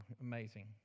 Amazing